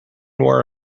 wore